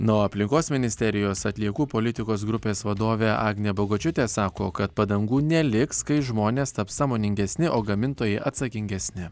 na o aplinkos ministerijos atliekų politikos grupės vadovė agnė bagočiūtė sako kad padangų neliks kai žmonės taps sąmoningesni o gamintojai atsakingesni